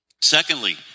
Secondly